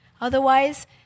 Otherwise